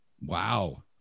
Wow